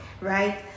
right